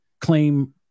claim